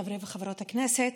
חברי וחברות הכנסת,